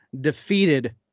defeated